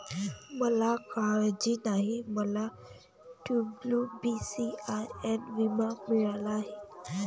मला काळजी नाही, मला डब्ल्यू.बी.सी.आय.एस विमा मिळाला आहे